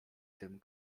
tym